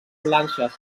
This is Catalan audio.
planxes